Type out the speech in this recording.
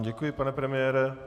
Děkuji vám, pane premiére.